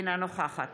אינה נוכחת